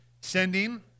sending